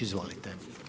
Izvolite.